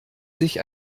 sich